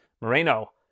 Moreno